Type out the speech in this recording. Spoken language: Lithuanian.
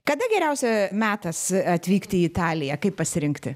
kada geriausia metas atvykti į italiją kaip pasirinkti